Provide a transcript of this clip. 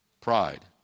Pride